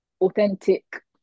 authentic